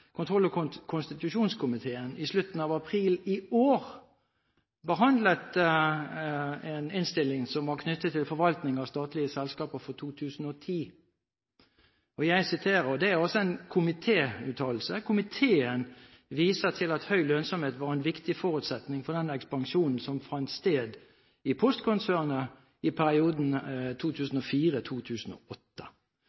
kontroll- og konstitusjonskomiteen i slutten av april i år behandlet en innstilling som var knyttet til forvaltning av statlige selskaper for 2010, og jeg siterer en komitéuttalelse: «Komiteen viser til at høy lønnsomhet var en viktig forutsetning for den ekspansjonen som fant sted i Posten-konsernet i perioden